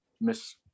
miss